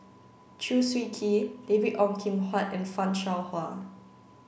Chew Swee Kee David Ong Kim Huat and Fan Shao Hua